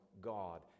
God